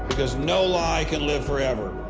because no lie can live forever.